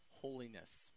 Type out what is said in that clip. holiness